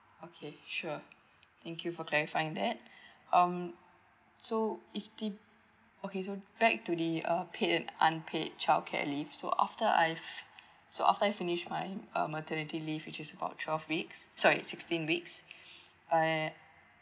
okay sure thank you for clarify that um so is the okay so back to the uh paid and unpaid childcare leave so after I've so after I finish my uh maternity leave which is about twelve weeks sorry sixteen weeks uh